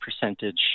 percentage